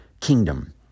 kingdom